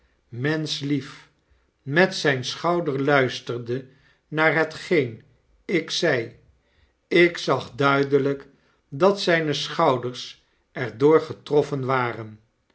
menschlief met zyn schouder luisterde naar hetgeen ik zei ik zag duidelyk dat zyne schouders er door getroffen waren